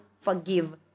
forgive